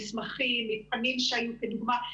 מסמכים מבחנים שהיו כדוגמה,